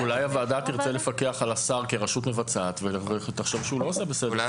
אולי הוועדה תרצה לפקח על השר כרשות מבצעת ותחשוב שהוא לא עושה בסדר.